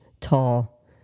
tall